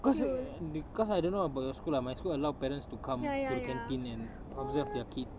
cause err cause I don't know about your school lah my school allow parents to come to the canteen and observe their kid